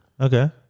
Okay